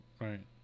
Right